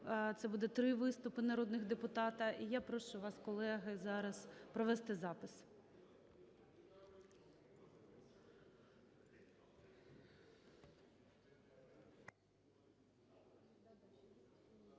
Це буде 3 виступи народних депутатів. І я прошу вас, колеги, зараз провести запис.